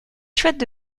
chouette